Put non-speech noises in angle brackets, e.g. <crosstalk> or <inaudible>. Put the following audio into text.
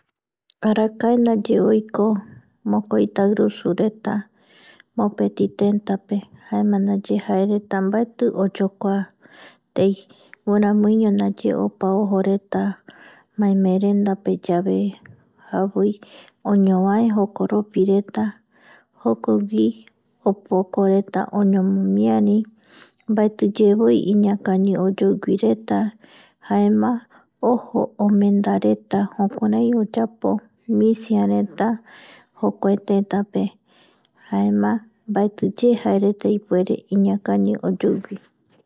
<noise> Arakae ndaye oiko mokoi tairusureta mopeti tetape jaema ndaye jaereta mbaeti oyokua tei guiramuiño ndaye opa ojoreta maemeerendapeyave javoi oñovae jokoropireta jokogui opokoreta oñomomiari mbaetiyevoi iñakañi oyoiguireta jaema ojo omendareta juukurai oyapo misiareta jokuaetetape jaema mbaetiye jaereta ipuere iñakañi oyoigui <noise>